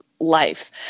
life